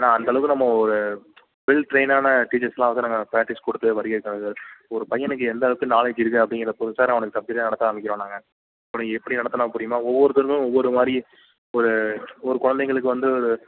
ஏன்னா அந்தளவுக்கு நம்ம ஒரு வெல் டிரெய்னான டீச்சர்ஸுலாம் இருக்கிறாங்க நாங்கள் பிராக்டிஸ் கொடுத்து நாங்கள் படிக்க வைக்கிறோம் சார் ஒரு பையனுக்கு எந்தளவுக்கு நாலேஜ் இருக்குது அப்டிங்கிறத பொறுத்து தான் சார் அவனுக்கு சப்ஜெக்ட்டே நடத்த ஆரம்பிக்கிறோம் நாங்கள் அவனுக்கு எப்படி நடத்தினா புரியுமோ ஒவ்வொருத்தருக்கும் ஒவ்வொரு மாதிரி ஒரு ஒரு குழந்தைங்களுக்கு வந்து